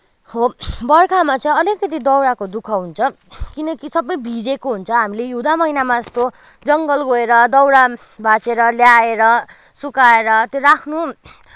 बर्खामा चाहिँ अलिकति दाउराको दुःख हुन्छ किनकि सबै भिजेको हुन्छ हामीले हिउँदा महिनामा जस्तो जङ्गल गएर दाउरा भाँचेर ल्याएर सुकाएर त्यो राख्नु